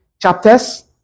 chapters